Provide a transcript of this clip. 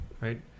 Right